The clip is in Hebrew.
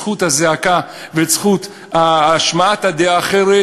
את זכות הזעקה ואת זכות השמעת הדעה האחרת,